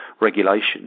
regulation